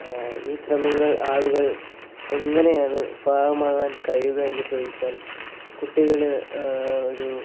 ഈ ശ്രമങ്ങൾ ആളുകൾ എങ്ങനെയാണ് ഭാഗമാകാൻ കഴിയുക എന്നു ചോദിച്ചാൽ കുട്ടികൾ ഒരു